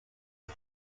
who